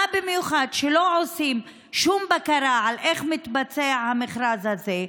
במיוחד כשלא עושים שום בקרה איך מתבצע המכרז הזה,